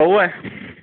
اوا